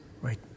right